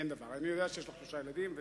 אין דבר,